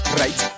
right